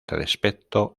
respecto